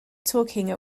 talking